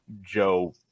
Joe